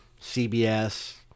CBS